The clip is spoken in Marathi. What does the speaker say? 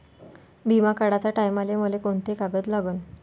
बिमा काढाचे टायमाले मले कोंते कागद लागन?